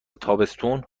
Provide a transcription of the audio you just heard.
تابستون